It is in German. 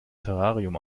terrarium